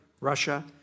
Russia